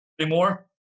anymore